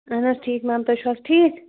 اَہَن حظ ٹھیٖک میم تُہۍ چھُو حظ ٹھیٖک